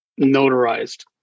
notarized